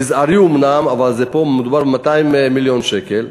מזערי אומנם, אבל פה מדובר ב-200 מיליון שקל?